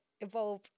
evolve